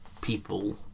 people